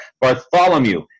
Bartholomew